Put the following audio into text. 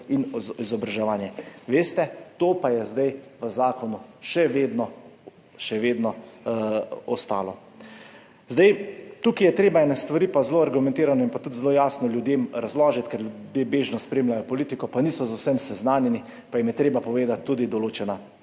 in izobraževanje.« Veste, to pa je še vedno v zakonu, to je ostalo. Tukaj je treba ene stvari zelo argumentirano in tudi zelo jasno razložiti ljudem, ker ljudje bežno spremljajo politiko in niso z vsem seznanjeni, zato jim je treba povedati tudi določena